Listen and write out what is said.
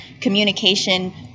communication